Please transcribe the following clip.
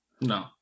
No